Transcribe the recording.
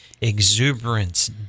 exuberance